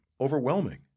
overwhelming